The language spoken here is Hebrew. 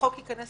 שהחוק ייכנס